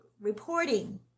reporting